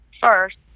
first